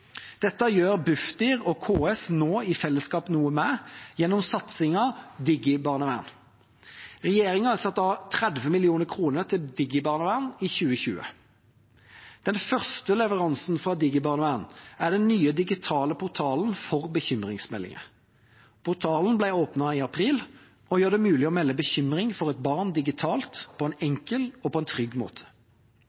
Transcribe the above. Dette gjør Bufdir og KS nå i fellesskap noe med, gjennom satsingen DigiBarnevern. Regjeringa har satt av 30 mill. kr til DigiBarnevern i 2020. Den første leveransen fra DigiBarnevern er den nye digitale portalen for bekymringsmeldinger. Portalen ble åpnet i april og gjør det mulig å melde bekymring for et barn digitalt, på en